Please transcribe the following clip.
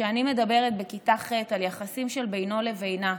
כשאני מדברת בכיתה ח' על יחסים של בינו לבינה,